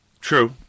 True